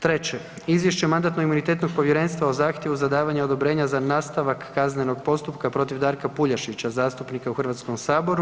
Treće, Izvješće Mandatno-imunitetnog povjerenstva o zahtjevu za davanje odobrenja za nastavak kaznenog postupka protiv Darka Puljašića zastupnika u HS-u.